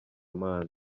man